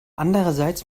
andererseits